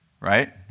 right